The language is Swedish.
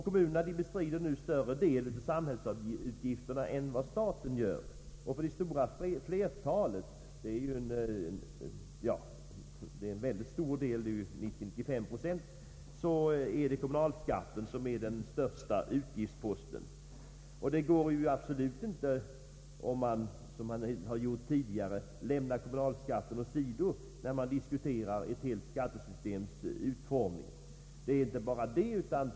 Kommunerna bestrider nu en större del av samhällsutgifterna än staten och för flertalet invånare — upp till 90 å 95 procent — är kommunalskatten den största utgiftsposten på skattesidan. Nu kan man därför inte längre, som man gjort tidigare, utelämna kommunalskatten vid en diskussion av ett helt skattesystems utformning.